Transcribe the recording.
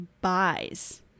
buys